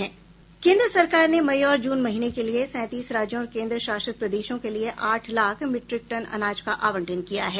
केंद्र सरकार ने मई और जून महीने के लिए सैंतीस राज्यों और केंद्र शासित प्रदेशों के लिए आठ लाख मीट्रिक टन अनाज का आवंटन किया है